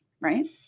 right